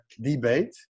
debate